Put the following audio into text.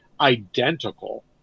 identical